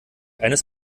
eines